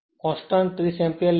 constant 30 ampere લે છે